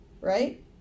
right